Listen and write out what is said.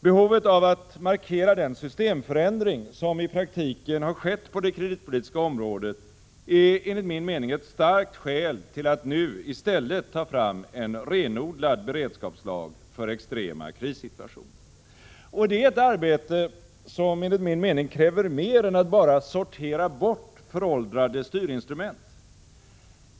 Behovet av att markera den systemförändring som i praktiken har skett på det kreditpolitiska området är enligt min mening ett starkt skäl till att nu i stället ta fram en renodlad beredskapslag för extrema krissituationer. Detta arbete kräver enligt min mening mer än att bara sortera bort föråldrade styrinstrument.